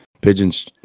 pigeons